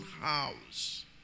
house